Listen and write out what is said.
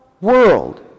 world